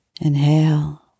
Inhale